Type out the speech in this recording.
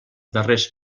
darrers